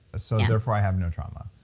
so therefore, i have no trauma.